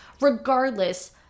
regardless